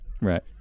right